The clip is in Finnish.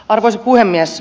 arvoisa puhemies